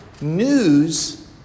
news